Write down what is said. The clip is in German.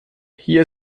hier